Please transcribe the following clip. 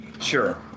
sure